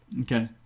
Okay